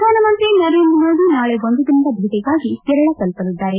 ಪ್ರಧಾನಮಂತ್ರಿ ನರೇಂದ್ರ ಮೋದಿ ನಾಳೆ ಒಂದು ದಿನದ ಭೇಟಿಗಾಗಿ ಕೇರಳ ತಲುಪಲಿದ್ದಾರೆ